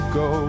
go